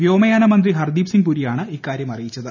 വ്യോമയാനമന്ത്രി ഫ്ർദ്ദീപ് സിങ്ങ് പുരിയാണ് ഇക്കാര്യം അറിയിച്ചത്